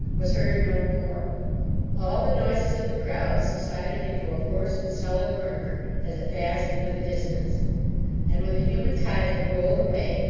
was heard no more all the noises of the crowd subsided into a hoarse and sullen murmur as it passed into the distance and when the human tide had rolled away,